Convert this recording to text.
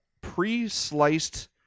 pre-sliced